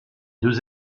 deux